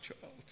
child